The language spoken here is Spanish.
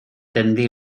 tendí